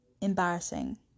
embarrassing